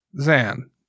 Zan